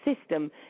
system